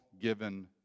given